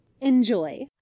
enjoy